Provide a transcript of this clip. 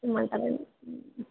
ఇమ్మంటారా అండి